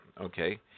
okay